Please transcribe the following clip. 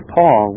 Paul